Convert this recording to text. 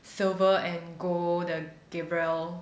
silver and gold the gabrielle